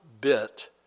bit